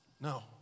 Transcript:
No